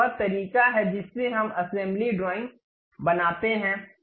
यह वह तरीका है जिससे हम असेंबली ड्राइंग बनाते हैं